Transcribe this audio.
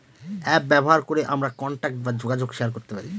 app ব্যবহার করে আমরা কন্টাক্ট বা যোগাযোগ শেয়ার করতে পারি